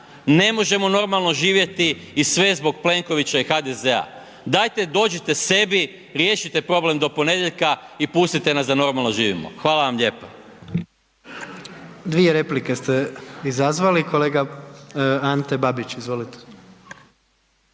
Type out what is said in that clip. ne možemo normalno živjeti i sve je zbog Plenkovića i HDZ. Dajte dođite sebi riješite problem do ponedjeljka i pustite nas da normalno živimo. Hvala vam lijepo.